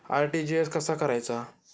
RTGS कसा करायचा?